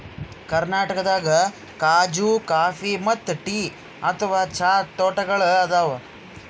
ಕರ್ನಾಟಕದಾಗ್ ಖಾಜೂ ಕಾಫಿ ಮತ್ತ್ ಟೀ ಅಥವಾ ಚಹಾ ತೋಟಗೋಳ್ ಅದಾವ